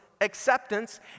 acceptance